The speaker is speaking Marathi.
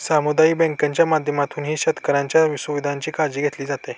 सामुदायिक बँकांच्या माध्यमातूनही शेतकऱ्यांच्या सुविधांची काळजी घेतली जाते